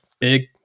big